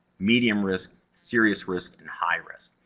medium risk, serious risk, and high risk.